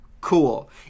cool